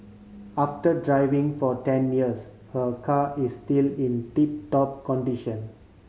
after driving for ten years her car is still in tip top condition